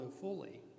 fully